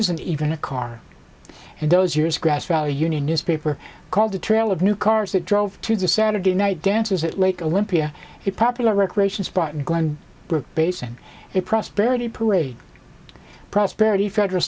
and even a car and those years grass valley union newspaper called the trail of new cars that drove to the saturday night dances at lake olympia a popular recreation spot in glen basin it prosperity parade prosperity federal